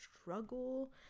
struggle